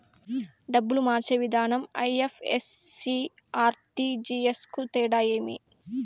డబ్బులు మార్చే విధానం ఐ.ఎఫ్.ఎస్.సి, ఆర్.టి.జి.ఎస్ కు తేడా ఏమి?